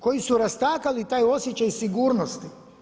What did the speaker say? Koji su rastakali taj osjećaj sigurnosti.